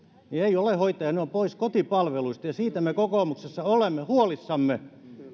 ole hoitajia ne ovat pois kotipalveluista ja siitä me kokoomuksessa olemme huolissamme